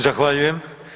Zahvaljujem.